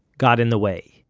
got in the way.